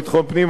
השר אהרונוביץ,